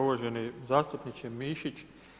Uvaženi zastupniče Mišić.